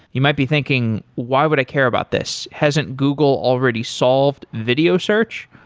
you might be thinking why would i care about this? hasn't google already solved video search?